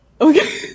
Okay